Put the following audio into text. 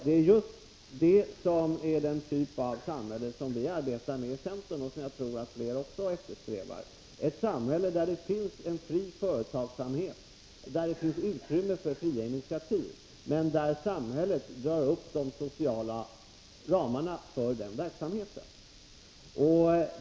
Det är just den typen av samhälle vi arbetar för i centern och som jag tror att också flera eftersträvar — ett samhälle där det finns en fri företagsamhet och där det finns utrymme för fria initiativ, men där samhället drar upp de sociala ramarna för den verksamheten.